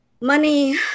money